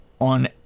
on